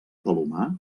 palomar